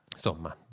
Insomma